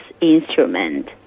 instrument